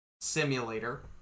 simulator